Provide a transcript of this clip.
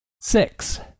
Six